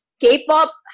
K-pop